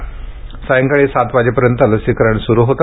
काल सायंकाळी सात वाजेपर्यंत लसीकरण सुरू होते